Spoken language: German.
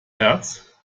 herz